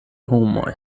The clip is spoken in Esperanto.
homoj